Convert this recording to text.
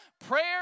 prayer